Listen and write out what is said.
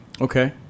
okay